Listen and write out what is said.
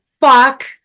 Fuck